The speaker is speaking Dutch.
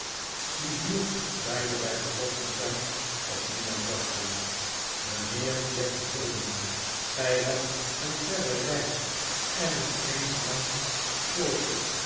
die hier beide bij betrokken zijn op niemand wachten mijnheer jack maldon gij hebt een verre reis en een vreemd land voor u